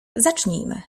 zacznijmy